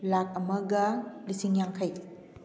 ꯂꯥꯛ ꯑꯃꯒ ꯂꯤꯁꯤꯡ ꯌꯥꯡꯈꯩ